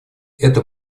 это